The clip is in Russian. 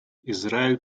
израиль